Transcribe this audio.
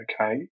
okay